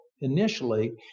initially